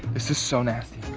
this is so nasty.